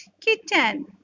kitten